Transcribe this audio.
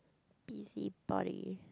busybody